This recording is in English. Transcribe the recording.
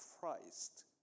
Christ